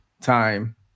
time